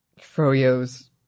Froyo's